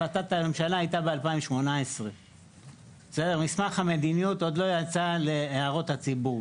החלטת הממשלה הייתה ב- 2018. מסמך המדיניות עוד לא יצא להערות הציבור,